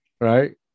Right